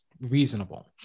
reasonable